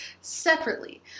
separately